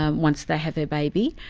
ah once they have their baby,